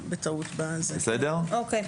בסדר.